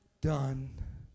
done